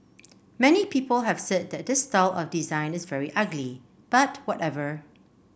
many people have said that this style of design is very ugly but whatever